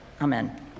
amen